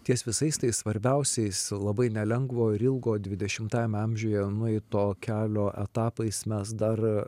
ties visais tais svarbiausiais labai nelengvo ir ilgo dvidešimtajame amžiuje nueito kelio etapais mes dar